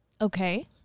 Okay